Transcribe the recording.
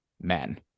men